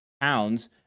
pounds